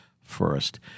first